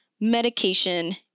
medication